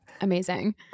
Amazing